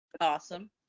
Awesome